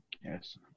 yes